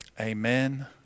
Amen